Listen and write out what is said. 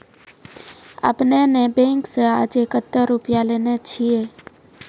आपने ने बैंक से आजे कतो रुपिया लेने छियि?